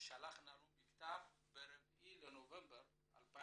שלח לנו מכתב ב-4.11.2018